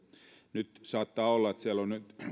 saattaa olla että meillä on nyt